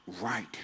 right